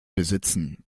besitzen